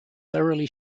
thoroughly